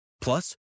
Plus